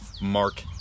Mark